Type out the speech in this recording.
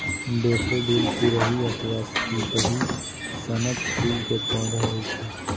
daffodil तुरही अथवा पिपही सनक फूल के पौधा होइ छै